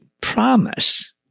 promise